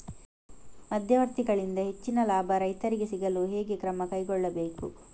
ಮಧ್ಯವರ್ತಿಗಳಿಂದ ಹೆಚ್ಚಿನ ಲಾಭ ರೈತರಿಗೆ ಸಿಗಲು ಹೇಗೆ ಕ್ರಮ ಕೈಗೊಳ್ಳಬೇಕು?